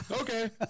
Okay